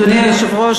אדוני היושב-ראש,